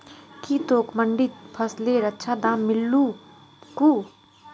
की तोक मंडीत फसलेर अच्छा दाम मिलील कु